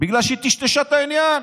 בגלל שהיא טשטשה את העניין,